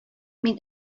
мин